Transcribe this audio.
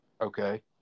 Okay